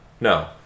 No